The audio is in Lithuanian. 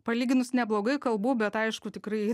palyginus neblogai kalbu bet aišku tikrai